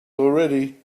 already